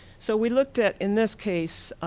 so we looked at, in this case,